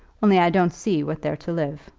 only i don't see what they're to live